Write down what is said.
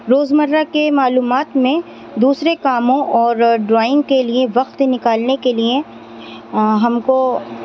روز مرہ کے معلومات میں دوسرے کاموں اور ڈرائنگ کے لیے وقت نکالنے کے لیے ہم کو